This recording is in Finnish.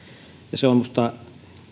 ja se on minusta